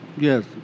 Yes